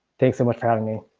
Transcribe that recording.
thanks so much for having me.